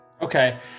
Okay